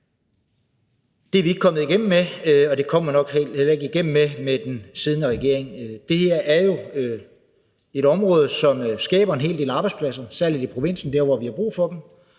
Det er vi ikke kommet igennem med, og det kommer vi nok heller ikke igennem med under den siddende regering. Det her er jo et område, som skaber en hel del arbejdspladser, særlig i provinsen, hvor vi har brug for dem.